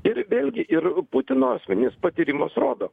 ir vėlgi ir putino asmeninis patyrimas rodo